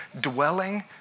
dwelling